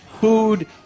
food